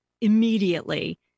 immediately